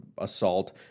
assault